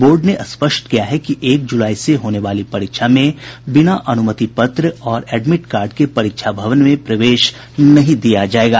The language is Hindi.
बोर्ड ने स्पष्ट किया है कि एक जुलाई से होने वाली परीक्षा में बिना अनुमति पत्र और एडमिट कार्ड के परीक्षा भवन में प्रवेश नहीं दिया जायेगा